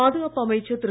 பாதுகாப்பு அமைச்சர் திரு